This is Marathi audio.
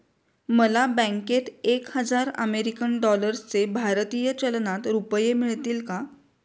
मला बँकेत एक हजार अमेरीकन डॉलर्सचे भारतीय चलनात रुपये मिळतील का?